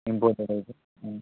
imported అయితే